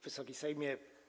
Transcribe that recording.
Wysoki Sejmie!